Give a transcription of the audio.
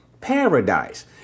paradise